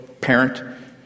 parent